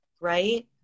Right